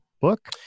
book